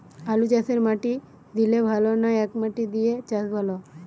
আলুচাষে মাটি দিলে ভালো না একমাটি দিয়ে চাষ ভালো?